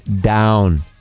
down